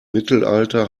mittelalter